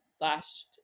last